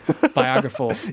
biographical